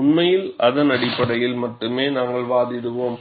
உண்மையில் அதன் அடிப்படையில் மட்டுமே நாங்கள் வாதிடுவோம்